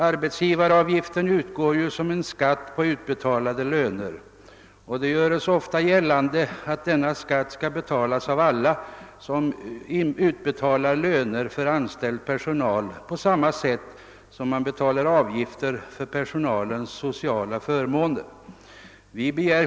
Arbetsgivaravgiften utgår ju som skatt på utbetalade löner, och det görs ofta gällande att denna skatt skall betalas av alla som utbetalar löner för anställd personal på samma sätt som han betalar avgifter för personalens sociala förmåner.